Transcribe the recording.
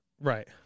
Right